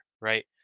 right